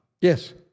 Yes